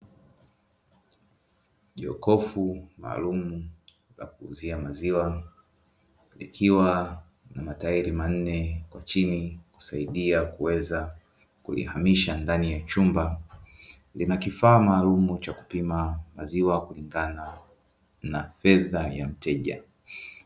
Jokofu maalumu la kuuzia maziwa likiwa na matairi manne kwa chini kusaidia kuweza kulihamisha ndani ya chumba. Lina kifaa maalumu cha kupimia maziwa kulingana na fedha ya mteja.